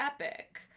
Epic